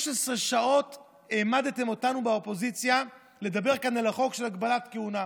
16 שעות העמדתם אותנו באופוזיציה לדבר כאן על החוק של הגבלת כהונה.